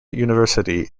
university